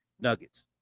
Nuggets